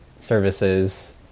services